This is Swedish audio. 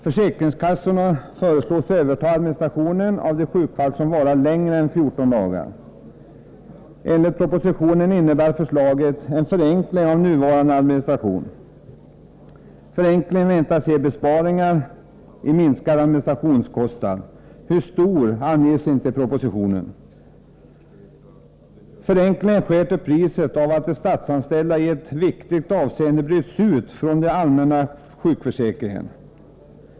Försäkringskassorna föreslås överta administrationen av de sjukfall som varar längre än 14 dagar. Enligt propositionen innebär förslaget en förenkling av nuvarande administration. Förenklingen väntas ge en besparing i minskade administrationskostnader — hur stor anges ej i propositionen. Förenklingen sker till priset av att de statsanställda i ett viktigt avseende bryts ut från den allmänna sjukförsäkringen.